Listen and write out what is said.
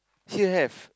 here have